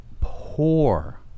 poor